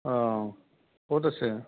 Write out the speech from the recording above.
অ' ক'ত আছে